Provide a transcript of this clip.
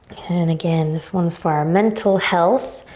and again, this one's for our mental health.